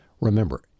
Remember